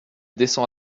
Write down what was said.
descend